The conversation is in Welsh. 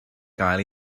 gael